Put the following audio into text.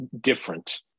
different